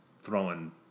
throwing